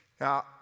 now